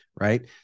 right